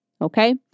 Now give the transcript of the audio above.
Okay